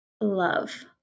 love